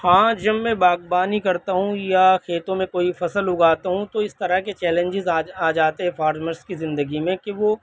ہاں جب میں باغبانی کرتا ہوں یا کھیتوں میں کوئی فصل اگاتا ہوں تو اس طرح کے چیلنجیز آ جاتے ہیں فارمرس کی زندگی میں کہ وہ